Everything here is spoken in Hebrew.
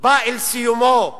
בא אל סיומו הלוגי,